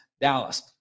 Dallas